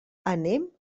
anem